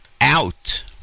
out